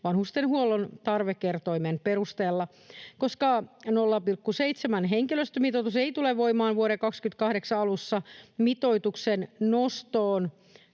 vanhustenhuollon tarvekertoimen perusteella. Koska 0,7:n henkilöstömitoitus ei tule voimaan vuoden 2028 alussa, mitoituksen nostoon